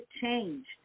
changed